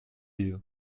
you